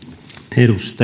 arvoisa